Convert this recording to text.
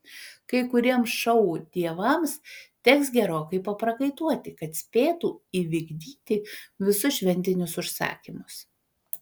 kai kuriems šou dievams teks gerokai paprakaituoti kad spėtų įvykdyti visus šventinius užsakymus